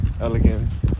elegance